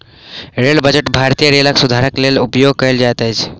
rail budget भारतीय रेलक सुधारक लेल उपयोग कयल जाइत अछि